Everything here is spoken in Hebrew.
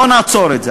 בואו נעצור את זה.